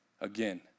Again